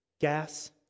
gas